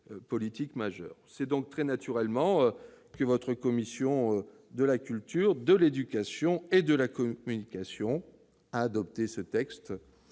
C'est donc très naturellement que la commission de la culture, de l'éducation et de la communication a adopté ce texte